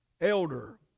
Elder